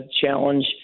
challenge